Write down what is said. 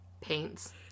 Paints